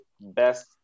best